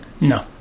No